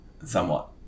somewhat